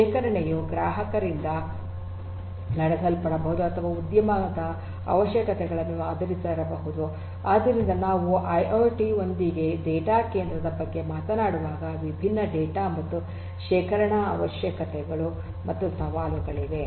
ಶೇಖರಣೆಯು ಗ್ರಾಹಕರಿಂದ ನಡೆಸಲ್ಪಡಬಹುದು ಅಥವಾ ಉದ್ಯಮದ ಅವಶ್ಯಕತೆಗಳನ್ನು ಆಧರಿಸಿರಬಹುದು ಆದ್ದರಿಂದ ನಾವು ಐಐಓಟಿ ಯೊಂದಿಗೆ ಡೇಟಾ ಕೇಂದ್ರದ ಬಗ್ಗೆ ಮಾತನಾಡುವಾಗ ವಿಭಿನ್ನ ಡೇಟಾ ಮತ್ತು ಶೇಖರಣಾ ಅವಶ್ಯಕತೆಗಳು ಮತ್ತು ಸವಾಲುಗಳಿವೆ